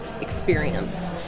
experience